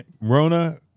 Rona